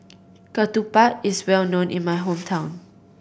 ketupat is well known in my hometown